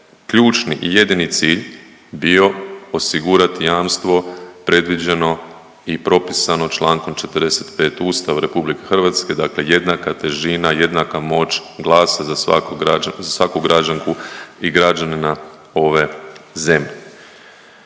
ključni i jedini cilj bio osigurati jamstvo predviđeno i propisano Člankom 45. Ustava RH. Dakle, jednaka težina, jednaka moć glasa za svakog, za svaku građanku i građanina ove zemlje.